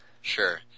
Sure